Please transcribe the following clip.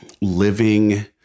living